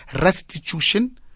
restitution